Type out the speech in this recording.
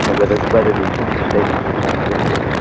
and whether whether these two statements were contradictory.